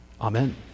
Amen